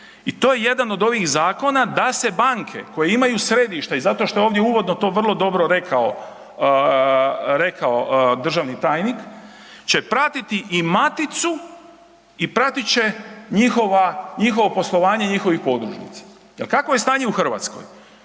I to je jedan od ovih zakona da se banke koja imaju središta i zato što je uvodno to vrlo dobro rekao državni tajnik će pratiti i maticu i pratit će njihovo poslovanje njihovih podružnica. Jel kakvo je stanje u Hrvatskoj?